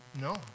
No